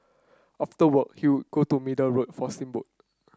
after work he would go to Middle Road for steamboat